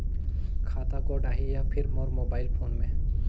खाता कोड आही या फिर मोर मोबाइल फोन मे?